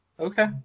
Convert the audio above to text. Okay